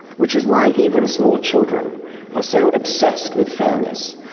which is why even small children are so obsessed with fairness.